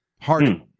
Hard